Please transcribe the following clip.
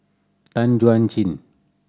Tan Chuan Jin